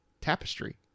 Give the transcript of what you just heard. tapestry